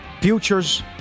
futures